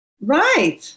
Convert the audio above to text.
Right